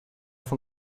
von